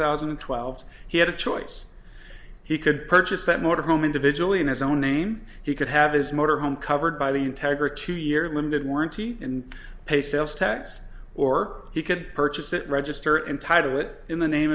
thousand and twelve he had a choice he could purchase that motorhome individually in his own name he could have his motor home covered by the integra two year limited warranty and pay sales tax or he could purchase it register and tied it in the name